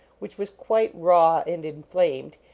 which was quite raw and inflamed,